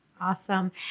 Awesome